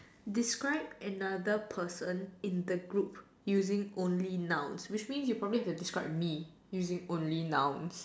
describe another person in the group using only nouns which means you probably have to describe me using only nouns